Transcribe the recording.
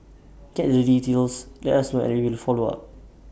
get the details let us and we will follow up